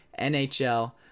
NHL